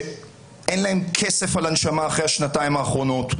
שאין להם כסף על הנשמה אחרי השנתיים האחרונות,